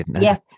Yes